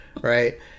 right